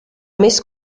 més